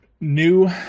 new